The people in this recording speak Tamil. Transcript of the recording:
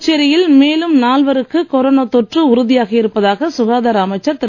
புதுச்சேரியில் மேலும் நால்வருக்கு கொரோனா தொற்று உறுதியாகி இருப்பாதாக சுகாதார அமைச்சர் திரு